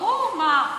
ברור, מה.